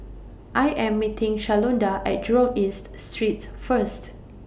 I Am meeting Shalonda At Jurong East Street First